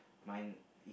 mine